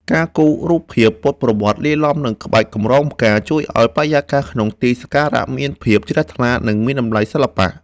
ការគូរ រូបភាពពុទ្ធប្រវត្តិ លាយឡំនឹងក្បាច់កម្រងផ្កា ជួយឱ្យបរិយាកាសក្នុងទីសក្ការៈមានភាពជ្រះថ្លា និងមានតម្លៃសិល្បៈ។